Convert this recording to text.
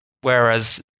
Whereas